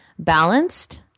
Balanced